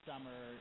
Summer